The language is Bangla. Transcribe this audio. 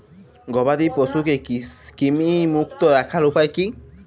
গবাদি পশুকে কৃমিমুক্ত রাখার উপায় কী?